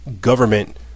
government